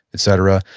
etc,